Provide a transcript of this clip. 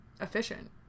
efficient